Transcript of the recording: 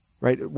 Right